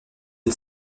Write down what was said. une